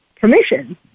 permission